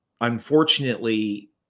unfortunately